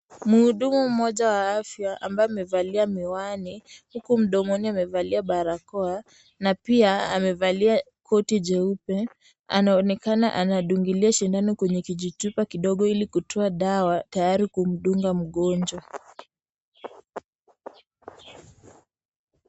Mhudumu mmoja wa afya ambaye amevalia miwani, huku mdomoni amevalia barakoa na pia amevalia koti jeupe, anaonekana anadungilia sindano kwenye kijichupa kidogo ili kutoa dawa tayari kumdunga mgonjwa.